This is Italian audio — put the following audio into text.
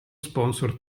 sponsor